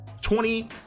Twenty